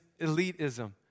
elitism